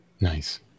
nice